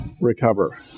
recover